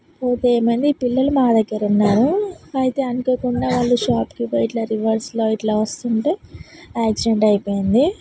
పోతే ఏమైంది పిల్లలు మా దగ్గరున్నారు అయితే అనుకోకుండా వాళ్ళు షాప్కి పోయి ఇట్ల రివర్స్లో ఇట్లా వస్తుంటే యాక్సిడెంట్ అయిపోయింది